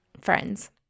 Friends